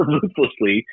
ruthlessly